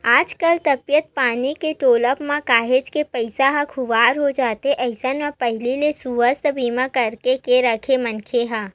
आजकल तबीयत पानी के डोलब म काहेच के पइसा ह खुवार हो जाथे अइसन म पहिली ले सुवास्थ बीमा करवाके के राखे मनखे ह